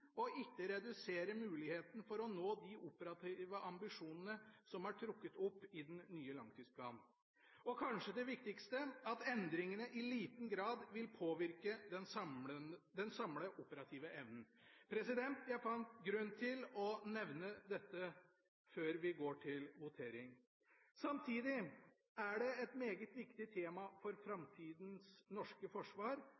ikke redusere muligheten for å nå de operative ambisjonene som er trukket opp i den nye langtidsplanen. Og kanskje det viktigste: at endringene i liten grad vil påvirke den samlede operative evnen. Jeg fant grunn til å nevne dette før vi går til votering. Samtidig er det et meget viktig tema for